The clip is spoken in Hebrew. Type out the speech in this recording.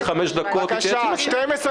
הסיעתית --- אני רוצה להבין למה --- אני מבקש להכניס,